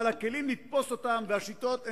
אבל הכלים לתפוס אותם והשיטות זהים.